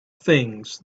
things